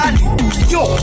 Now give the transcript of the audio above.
yo